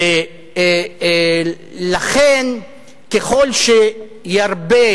לכן, ככל שנרבה